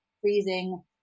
freezing